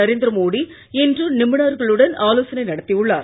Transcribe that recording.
நரேந்திரமோடிஇன்றுநிபுணர்களுடன்ஆலோசனைநடத்தியுள்ளார்